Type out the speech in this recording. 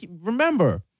remember